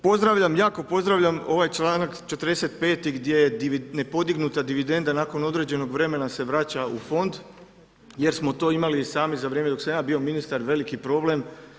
Pozdravljam, jako pozdravljam ovaj čl. 45. gdje je nepodignuta dividenda nakon određenog vremena se vraća u Fond jer smo to imali i sami za vrijeme dok sam ja bio ministar veliki problem.